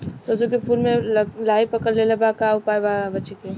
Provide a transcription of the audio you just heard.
सरसों के फूल मे लाहि पकड़ ले ले बा का उपाय बा बचेके?